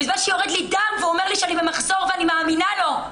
בזמן שיורד לי דם ואומר לי שאני במחזור ואני מאמינה לו.